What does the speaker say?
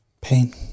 Pain